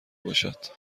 باشد